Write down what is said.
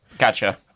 Gotcha